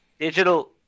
digital